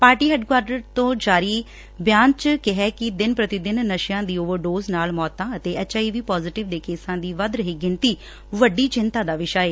party headquarter ਤੋਂ ਜਾਰੀ ਬਿਆਨ ਵਿਚ ਕਿਹੈ ਕਿ ਦਿਨ ਪ੍ਰਤੀ ਦਿਨ ਨਸ਼ਿਆਂ ਦੀ ਓਵਰ ਡੋਜ਼ ਨਾਲ ਮੌਤਾਂ ਅਤੇ ਐਚਆਈਵੀ ਪਾਜੇਟਿਵਦੇ ਕੇਸਾਂ ਦੀ ਵਧ ਰਹੀ ਗਿਣਡੀ ਵੱਡੀ ਚਿੰਤਾ ਦਾ ਵਿਸ਼ਾ ਏ